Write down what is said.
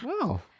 Wow